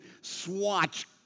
swatch